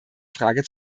frage